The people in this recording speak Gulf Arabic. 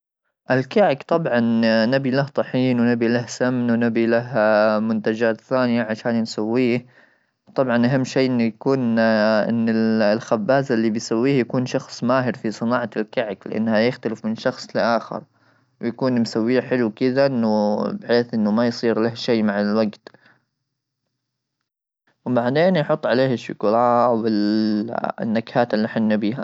الكعك طبعا نبي له طحين ,ونبي له سمن ,ونبي له منتجات ثانيه عشان نسويه ,طبعا اهم شيء انه يكون ان الخباز اللي بيسويه يكون شخص ماهر في صناعه الكعك ,لانها يختلف من شخص لاخر ويكون مسويه حلو كذا انه بحيث انه ما يصير له شيء مع الوقت وبعدين يحط عليه الشوكولا والنكهات اللي احنا نبيها.